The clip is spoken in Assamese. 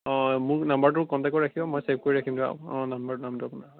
অ' মোৰ নম্বৰটো কন্টেকত ৰাখিব মই চেভ কৰি ৰাখিম দিয়ক অ' নম্বৰ নামটো আপোনাৰ হয়